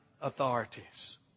authorities